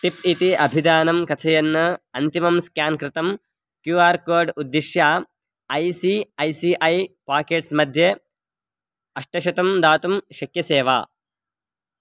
tip इति अभिदानं कथयन् अन्तिमं स्केन् कृतं क्यू आर् कोड् उद्दिश्य I C I C I pockets मध्ये अष्टशतं दातुं शक्यते वा